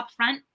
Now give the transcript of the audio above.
upfront